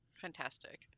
fantastic